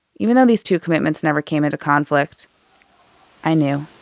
even though these two commitments never came into conflict i knew.